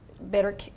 Better